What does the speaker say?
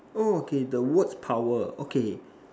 oh okay the words power okay